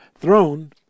throne